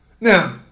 Now